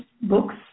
books